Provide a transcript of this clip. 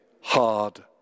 hard